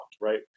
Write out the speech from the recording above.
right